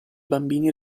bambini